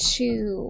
two